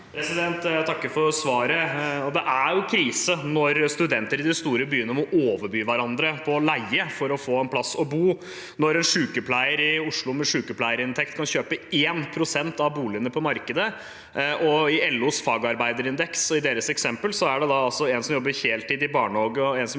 Jeg takker for svaret. Det er jo krise når studenter i de store byene må overby hverandre på leie for å få en plass å bo, og når en sykepleier i Oslo med sykepleierinntekt kan kjøpe 1 pst. av boligene på markedet. I et eksempel i LOs fagarbeiderindeks er det en som jobber heltid i barnehage, og en som